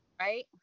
right